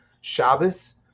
Shabbos